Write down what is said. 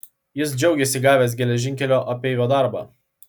jis džiaugėsi gavęs geležinkelio apeivio darbą